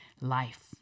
life